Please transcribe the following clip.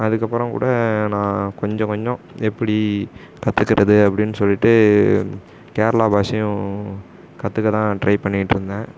அதுக்கப்புறம் கூட நான் கொஞ்ச கொஞ்சம் எப்படி கற்றுக்கிறது அப்படின்னு சொல்லிட்டு கேரளா பாஷையும் கற்றுக்க தான் ட்ரை பண்ணிகிட்ருந்தேன்